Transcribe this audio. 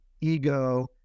ego